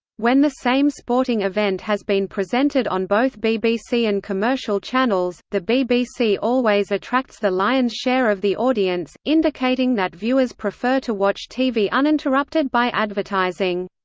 when the same sporting event has been presented on both bbc and commercial channels, the bbc always attracts the lion's share of the audience, indicating that viewers prefer to watch tv uninterrupted by advertising.